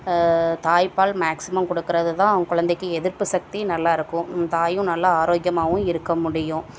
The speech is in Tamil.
தாய்ப்பால் மேக்சிமம் கொடுக்குறதுதான் குழந்தைக்கு எதிர்ப்பு சக்தி நல்லாயிருக்கும் தாயும் நல்லா ஆரோக்கியமாகவும் இருக்க முடியும்